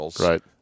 Right